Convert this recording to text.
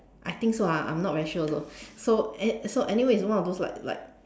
I think so lah I not very sure also so so anyway it is one of those like like